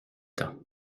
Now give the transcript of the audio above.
temps